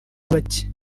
bacye